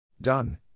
Done